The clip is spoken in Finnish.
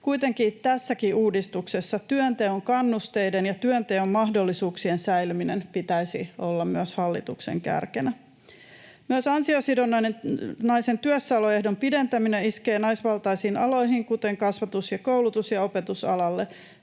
Kuitenkin tässäkin uudistuksessa työnteon kannusteiden ja työnteon mahdollisuuksien säilyminen pitäisi olla myös hallituksen kärkenä. Myös ansiosidonnaisen työssäoloehdon pidentäminen iskee naisvaltaisiin aloihin, kuten kasvatus ja koulutus- ja opetusalalle.